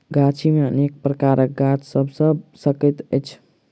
गाछी मे अनेक प्रकारक गाछ सभ भ सकैत अछि